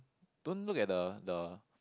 don't look at the the